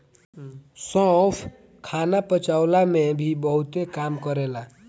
सौंफ खाना पचवला में भी बहुते काम करेला